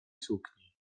sukni